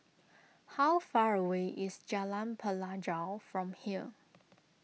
how far away is Jalan Pelajau from here